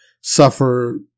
suffer